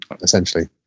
Essentially